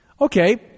Okay